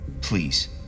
Please